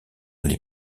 les